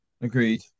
Agreed